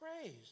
praise